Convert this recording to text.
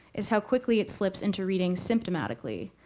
is how quickly it slips into reading symptomatically.